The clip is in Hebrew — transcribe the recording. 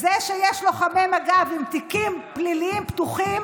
זה שיש לוחמי מג"ב עם תיקים פליליים פתוחים